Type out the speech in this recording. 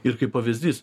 ir kaip pavyzdys